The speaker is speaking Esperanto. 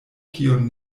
kiun